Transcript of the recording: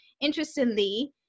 Interestingly